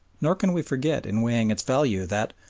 nor can we forget in weighing its value that,